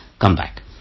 comeback